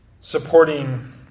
Supporting